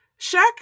Shaq